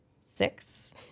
six